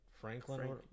Franklin